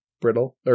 Brittle